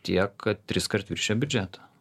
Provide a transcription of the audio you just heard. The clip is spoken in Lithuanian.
tiek kad triskart viršijo biudžetą